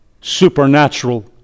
supernatural